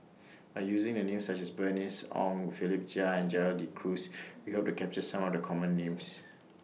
By using Names such as Bernice Ong Philip Chia and Gerald De Cruz We Hope to capture Some of The Common Names